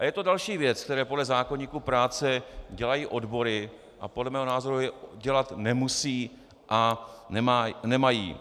Je to další věc, kterou podle zákoníku práce dělají odbory a podle mého názoru dělat nemusí a nemají.